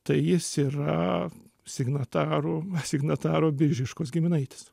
tai jis yra signatarų signataro biržiškos giminaitis